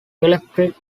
electric